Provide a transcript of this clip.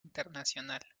internacional